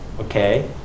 Okay